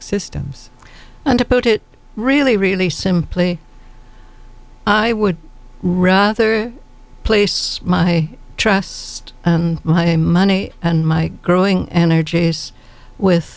systems and to put it really really simply i would rather place my trust and my money and my growing and energies with